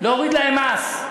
להוריד להם מס,